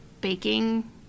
baking